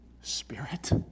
spirit